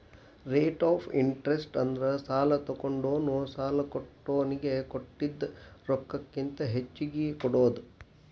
rate of interest ಅಂದ್ರ ಸಾಲಾ ತೊಗೊಂಡೋನು ಸಾಲಾ ಕೊಟ್ಟೋನಿಗಿ ಕೊಟ್ಟಿದ್ ರೊಕ್ಕಕ್ಕಿಂತ ಹೆಚ್ಚಿಗಿ ಕೊಡೋದ್